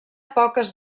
poques